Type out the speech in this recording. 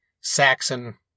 Saxon